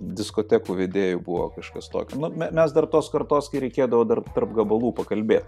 diskotekų vedėju buvo kažkas tokio nu m mes dar tos kartos kai reikėdavo dar tarp gabalų pakalbėt